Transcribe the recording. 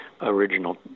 original